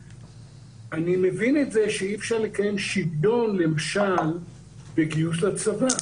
אני מבין את זה שאי אפשר לקיים שוויון למשל בגיוס לצבא.